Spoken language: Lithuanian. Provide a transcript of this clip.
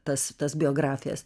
tas tas biografijas